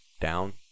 down